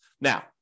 Now